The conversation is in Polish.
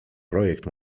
projekt